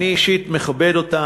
אני אישית מכבד אותה,